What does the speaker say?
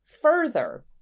further